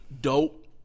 Dope